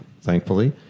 thankfully